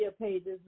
pages